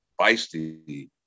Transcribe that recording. feisty